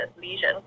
lesion